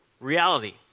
reality